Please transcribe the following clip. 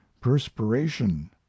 perspiration